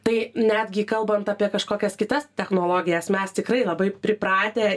tai netgi kalbant apie kažkokias kitas technologijas mes tikrai labai pripratę